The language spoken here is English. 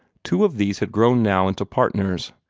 two of these had grown now into partners,